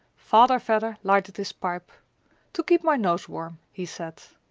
father vedder lighted his pipe to keep my nose warm, he said.